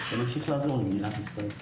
ונמשיך לעזור למדינת ישראל.